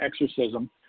exorcism